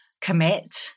commit